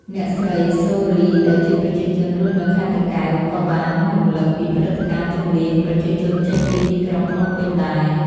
អ្នកស្រី សូ រី ដែលជាប្រជាជនរស់នៅខេត្តតាកែវក៏បានរំឭកពីព្រឹត្តិការណ៍ជម្លៀសប្រជាជនចេញពីទីក្រុងភ្នំពេញដែរ។